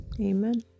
Amen